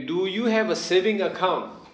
do you have a saving account